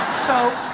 so